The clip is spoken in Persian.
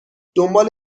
دنبال